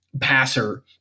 passer